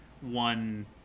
one